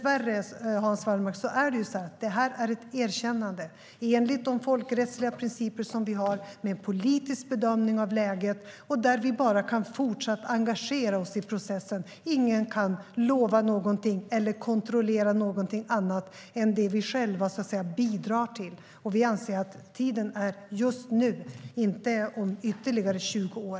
Och, Hans Wallmark, dessvärre är detta ett erkännande enligt de folkrättsliga principer som vi har med politisk bedömning av läget där vi fortsatt bara kan engagera oss i processen. Ingen kan lova någonting eller kontrollera någonting annat än det som vi själva bidrar till. Vi anser att tiden för detta är just nu, inte om ytterligare 20 år.